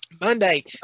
Monday